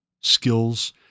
skills